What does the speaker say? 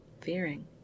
fearing